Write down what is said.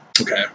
Okay